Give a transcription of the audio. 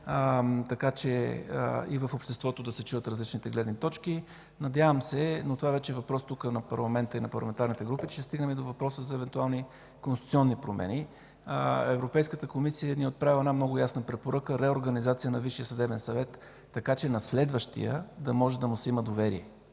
така че и в обществото да се чуят различните гледни точки. Надяваме се, но това вече е въпрос тук на парламента и на парламентарните групи, че ще стигнем до въпроса и до евентуални конституционни промени. Европейската комисия ни е отправила една много ясна препоръка – реорганизация на Висшия съдебен съвет, така че на следващия да може да му се има доверие.